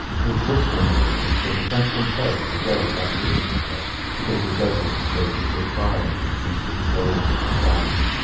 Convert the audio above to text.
it was worse than ridiculous that the french themselves should go without religious care because the jesuits chose to give prior attention to the souls of the savage.